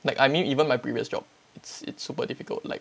like I mean even my previous job it's it's super difficult like